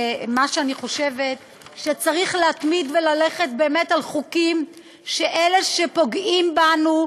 מה שאני חושבת זה שצריך להתמיד וללכת באמת על חוקים שאלה שפוגעים בנו,